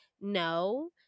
no